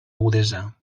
agudesa